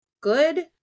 good